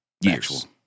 Years